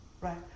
right